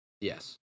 yes